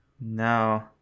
No